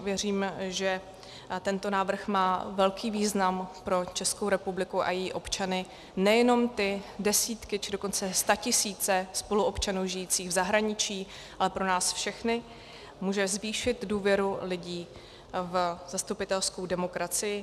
Věřím, že tento návrh má velký význam pro Českou republiku a její občany, nejenom ty desítky a dokonce statisíce spoluobčanů žijících v zahraničí, ale pro nás všechny, může zvýšit důvěru lidí v zastupitelskou demokracii.